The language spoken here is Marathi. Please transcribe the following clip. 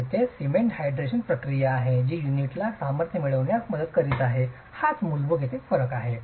येथे सिमेंट हायड्रेशन प्रक्रिया आहे जी युनिटला सामर्थ्य मिळविण्यास मदत करीत आहे हाच मूलभूत फरक आहे